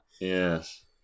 Yes